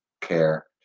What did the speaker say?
care